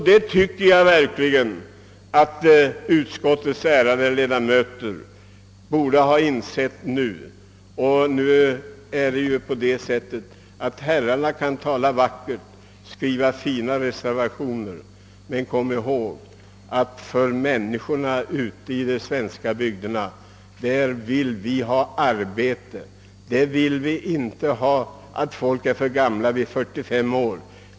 Jag tycker verkligen att utskottets ärade ledamöter borde ha insett detta vid det här laget. Herrarna kan tala vackert och skriva fina reservationer, men kom ihåg att människorna i de svenska bygderna vill ha arbete och vill inte anses för gamla vid 45 år.